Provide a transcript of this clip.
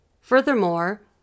Furthermore